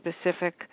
specific